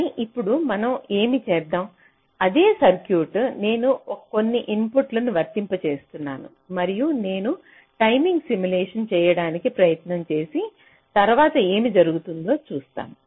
కానీ ఇప్పుడు మనం ఏమి చేద్దాం అదే సర్క్యూట్ నేను కొన్ని ఇన్పుట్లను వర్తింపజేస్తున్నాను మరియు నేను టైమింగ్ సిమ్యులేషన్ చేయడానికి ప్రయత్నం చేసి తరువాత ఏమి జరుగుతుందో చూద్దాం